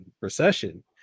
recession